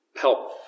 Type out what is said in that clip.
help